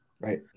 Right